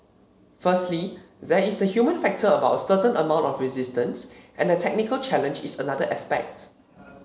firstly there is the human factor about a certain amount of resistance and the technical challenge is another aspect